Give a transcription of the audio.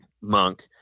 monk